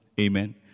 Amen